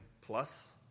plus